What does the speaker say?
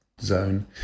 zone